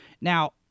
Now